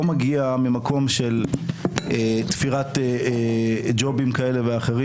מגיע ממקום של תפירת ג'ובים כאלה ואחרים.